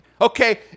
Okay